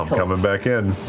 um coming back in.